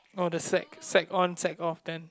no the sack sack on sack off then